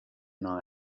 night